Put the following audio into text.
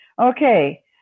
Okay